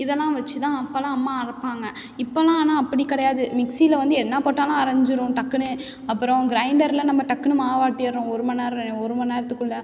இதெல்லாம் வெச்சி தான் அப்போல்லாம் அம்மா அரைப்பாங்க இப்போல்லாம் ஆனால் அப்படி கிடையாது மிக்ஸியில் வந்து என்ன போட்டாலும் அரச்சிரும் டக்குனு அப்பறம் க்ரைண்டரில் நம்ம டக்குனு மாவாட்டிடுறோம் ஒரு மண்நேர ரெ ஒரு மணிநேரத்துக்குள்ள